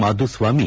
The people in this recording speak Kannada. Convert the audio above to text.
ಮಾಧುಸ್ವಾಮಿ